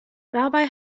dabei